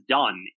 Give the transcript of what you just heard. done